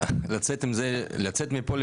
לצאת מפה,